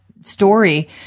story